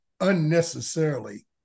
unnecessarily